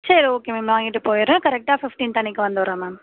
சரி okay ma'am வாங்கிகிட்டு போயிடுறேன் கரெக்ட்டாக ஃபிஃப்ட்டின்த் அன்னக்கு வந்துடுறோம் மேம்